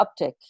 uptick